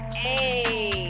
hey